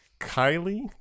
Kylie